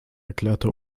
erklärte